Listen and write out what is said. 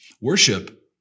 worship